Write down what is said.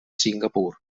singapur